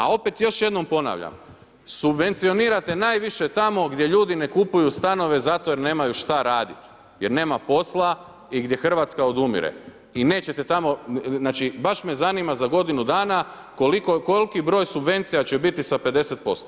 A opet, još jednom ponavljam, subvencionirate najviše tamo gdje ljudi ne kupuju stanove zato jer nemaju šta raditi jer nema posla i gdje Hrvatska odumire i nećete tamo, znači baš me zanima za godinu dana koliki broj subvencija će biti sa 50%